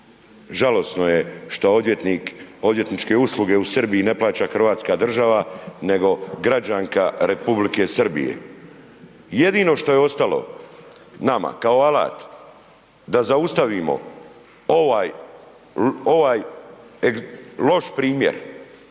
Žalosno je šta odvjetnik, odvjetničke usluge u Srbiji ne plaća Hrvatska država nego građanka Republike Srbije. Jedino što je ostalo nama kao alat da zaustavimo ovaj, ovaj loš primjer,